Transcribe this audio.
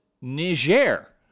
niger